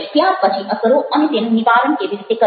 ત્યાર પછી અસરો અને તેનું નિવારણ કેવી રીતે કરવું